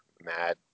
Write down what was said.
mad